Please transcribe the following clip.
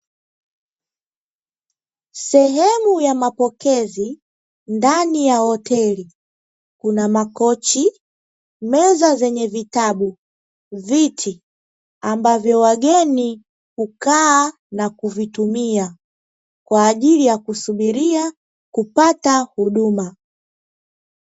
Sehemu ya mapokezi ndani ya hoteli kuna makochi, meza zenye vitabu, viti ambavyo wageni hukaa na kuvitumia kwa ajili ya kusubiria kupata huduma.